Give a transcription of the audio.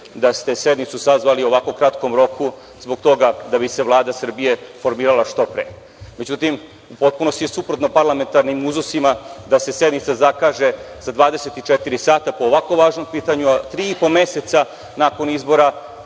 da ste sednicu sazvali u ovako kratkom roku zbog toga da bi se Vlada Srbije formirala što pre. Međutim, u potpunosti je suprotno parlamentarnim uzusima da se sednica zakaže za 24 sata po ovako važnom pitanju, a tri i po meseca nakon izbora